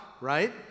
right